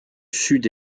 sud